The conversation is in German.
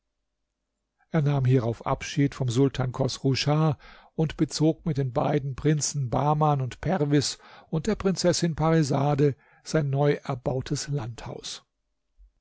er nahm hierauf abschied vom sultan chosru schah und bezog mit den beiden prinzen bahman und perwis und der prinzessin parisade sein neuerbautes landhaus